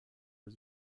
his